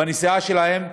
בנסיעה שלהם,